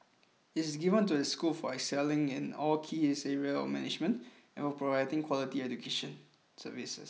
it is given to a school for excelling in all key areas of management and for providing quality education services